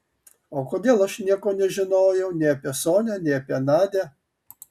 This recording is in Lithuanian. o kodėl aš nieko nežinojau nei apie sonią nei apie nadią